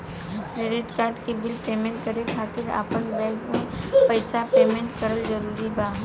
Credit card के bill payment करे खातिर आपन बैंक से पईसा पेमेंट करल जरूरी बा?